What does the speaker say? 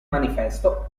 manifesto